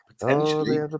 Potentially